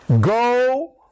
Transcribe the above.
Go